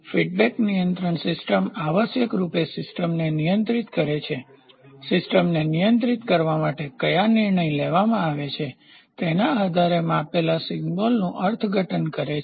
feedback નિયંત્રણ system આવશ્યક રૂપે સિસ્ટમને નિયંત્રિત કરે છે સિસ્ટમને નિયંત્રિત કરવા માટે કયા નિર્ણય લેવામાં આવે છે તેના આધારે માપેલા સિગ્નલનું અર્થઘટન કરે છે